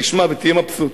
תשמע ותהיה מבסוט.